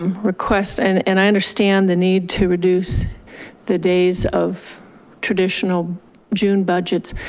um request and and i understand the need to reduce the days of traditional june budgets.